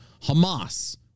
Hamas